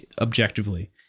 objectively